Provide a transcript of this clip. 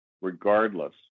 regardless